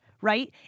right